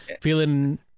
feeling